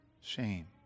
Shame